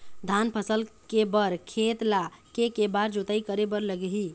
धान फसल के बर खेत ला के के बार जोताई करे बर लगही?